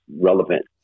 relevant